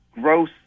gross